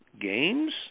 Games